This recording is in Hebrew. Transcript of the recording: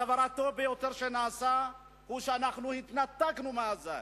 הדבר הטוב ביותר שנעשה הוא שהתנתקנו מעזה,